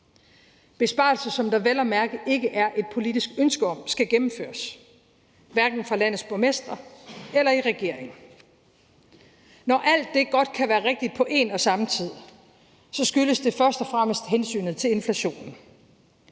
besparelser, som der vel at mærke ikke er et politisk ønske om skal gennemføres, hverken fra landets borgmestre eller i regeringen. Når alt det godt kan være rigtigt på en og samme tid, skyldes det først og fremmest hensynet til inflationen.